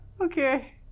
okay